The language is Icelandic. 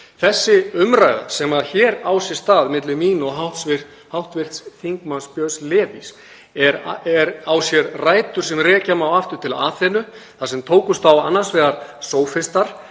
Þessi umræða sem hér á sér stað milli mín og hv. þm. Björns Levís á sér rætur sem rekja má aftur til Aþenu þar sem tókust á annars vegar sófistar